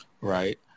right